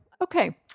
okay